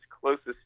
closest